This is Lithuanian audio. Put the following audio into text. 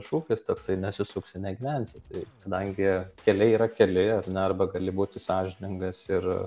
šūkis toksai nesisuksi negyvensi tai kadangi keliai yra keli ar ne arba gali būti sąžiningas ir